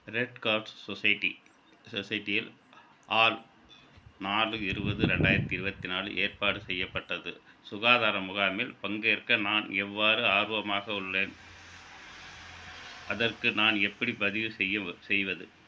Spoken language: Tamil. ரெட் கார்ட் சொசைட்டி சொசைட்டியில் ஆல் நாலு இருபது ரெண்டாயிரத்து இருபத்தி நாலு ஏற்பாடு செய்யப்பட்டது சுகாதாரம் முகாமில் பங்கேற்க நான் எவ்வாறு ஆர்வமாக உள்ளேன் அதற்கு நான் எப்படி பதிவு செய்யவ செய்வது